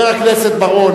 שמענו.